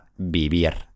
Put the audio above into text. vivir